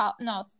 no